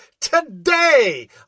today